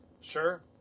Sure